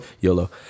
YOLO